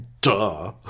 duh